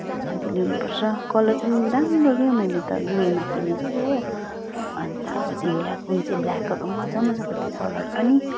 अन्त ल्याउनुपर्छ कलर पनि राम्रो के हो मैले त ग्रेमा किनेको हो अन्त अब तिमीलाई कुन चाहिँ ब्ल्याकहरू पनि मजा मजाको थियो कलर पनि